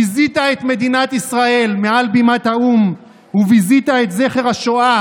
ביזית את מדינת ישראל מעל בימת האו"ם וביזית את זכר השואה